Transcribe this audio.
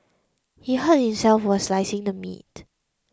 he hurt himself while slicing the meat